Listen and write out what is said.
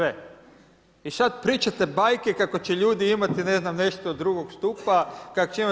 I sada pričate bajke kako će ljudi imati ne znam nešto od drugog stupa, kako će imati.